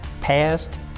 past